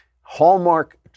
Hallmark